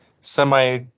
semi